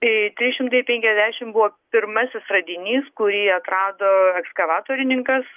tai trys šimtai penkiasdešimt buvo pirmasis radinys kurį atrado ekskavatorininkas